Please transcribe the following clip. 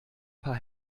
paar